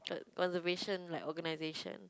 conservation like organisation